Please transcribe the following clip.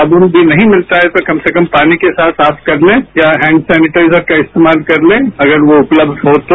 साबुन भी नहीं मिलता है तो कम से कम पानी के साथ साफ कर लें या हैंड सेनिटाइजर का इस्तेमाल कर लें अगर वो उपलब्ध हो तो